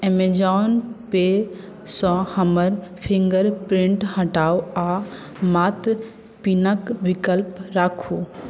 Amazon पे सँ हमर फिंगर प्रिंट हटाऊ आ मात्र पिनक विकल्प राखू